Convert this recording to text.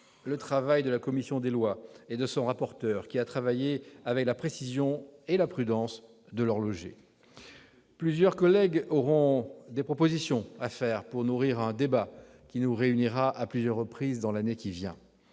le travail de la commission des lois et de son rapporteur, qui a oeuvré avec la précision et la prudence de l'horloger. Plusieurs collègues auront des propositions à formuler pour nourrir un débat qui nous réunira à plusieurs reprises dans l'année qui vient.